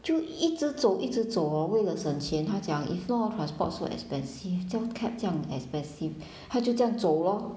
就一直走一直走 orh 为了省钱她讲 if not transport so expensive 这样 cab 这样 expensive 她就这样走 lor